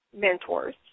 mentors